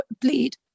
bleed